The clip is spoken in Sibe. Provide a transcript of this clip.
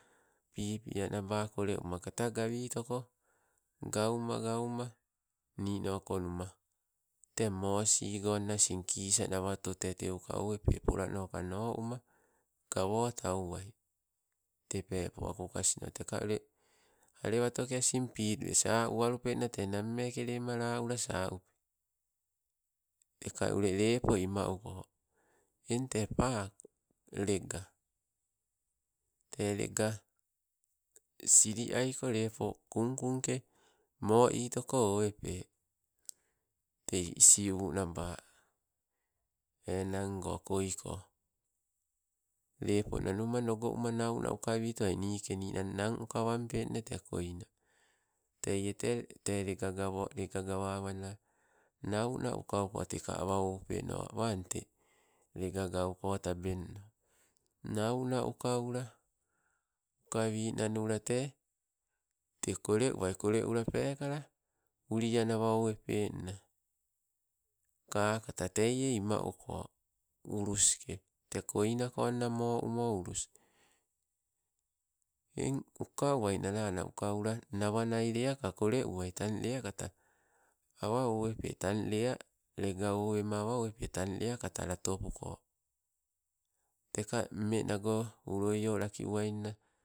Pipianaba kole uma kata gawitoko, gauma gauma nino konuma, tee moosigona asing kisa nawato te teuka owepe, polanoka no uma gawotau wai. Te peepo wakukasno teka ule, alewatoke asin pidue sa uwalupenna tee nameke lema la ula saupe. teka ule lepo imauko, eng te pako, lega te lega sili aiko lepo, kungkung ke moitoko owepe. Tei isiu naba, enango koiko, lepo nanuma nogouma nauna uka witowai, niike ninang nang, uka wampenna te koina, teie tete lega ga- lega gawawana, nauna uka uku teka awa oupeno, awan te lega gauko tabenno. Nau na ukau la, ukawi nanula te, te kole uwai, kole ula pekala uli annawa owepenna, kakata teie ima uko. Ulus ke, tee koina konna mo umo, ulus, eng uka uwai nalana uka ula nawanaileka kole umai, tang lea kata, awa owepe tang lea lega owema awa owepe, tang lea kata latopuko, teka mmenago uloio laki uwainna